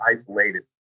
isolated